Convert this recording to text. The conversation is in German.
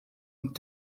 und